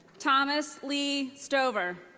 thomas lee stover.